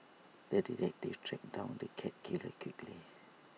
the detective tracked down the cat killer quickly